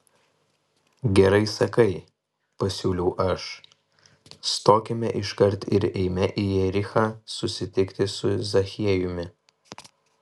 gerai sakai pasiūliau aš stokime iškart ir eime į jerichą susitikti su zachiejumi